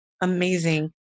Amazing